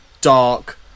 dark